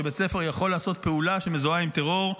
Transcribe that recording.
שבית ספר יכול לעשות פעולה שמזוהה עם טרור,